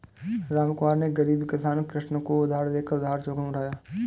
रामकुमार ने गरीब किसान कृष्ण को उधार देकर उधार जोखिम उठाया